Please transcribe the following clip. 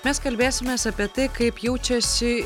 mes kalbėsimės apie tai kaip jaučiasi